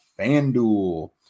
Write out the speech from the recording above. FanDuel